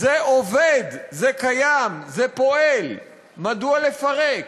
זה עובד, זה קיים, זה פועל, מדוע לפרק?